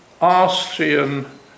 Austrian